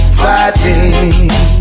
fighting